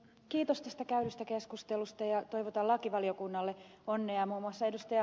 kiitos tästä käydystä keskustelusta ja toivotan lakivaliokunnalle onnea muun muassa ed